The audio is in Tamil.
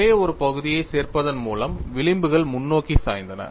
ஒரே ஒரு பகுதியைச் சேர்ப்பதன் மூலம் விளிம்புகள் முன்னோக்கி சாய்ந்தன